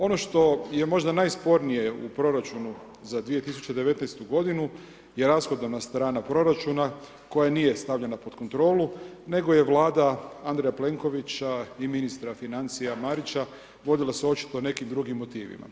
Ono što je možda najspornije u proračunu za 2019. godinu je rashodovna strana proračuna koja nije stavljena pod kontrolu nego je Vlada Andreja Plenkovića i ministra financija Marića vodila se očito nekim drugim motivima.